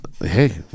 Hey